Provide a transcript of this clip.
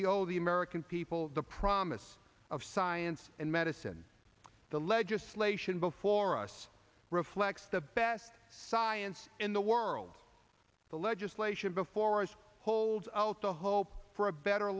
we owe the american people the promise of science and medicine the legislation before us reflects the best science in the world the legislation before us holds out the hope for a better